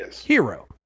hero